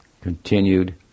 continued